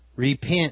Repent